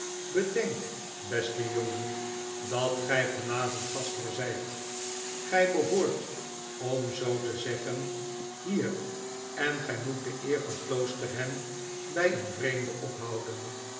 bedenk beste jonge n dat gy van avond gastheer zijt gy behoort om zoo te zeggen bier en gy moet de eer van kloosterham by een vreemde ophouden